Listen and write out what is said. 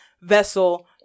vessel